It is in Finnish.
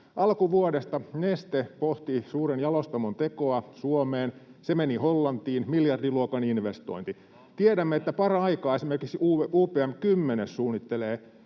Alkuvuodesta Neste pohti suuren jalostamon tekoa Suomeen. Se meni Hollantiin, miljardiluokan investointi. [Vilhelm Junnila: Ja Naantalista lähti!]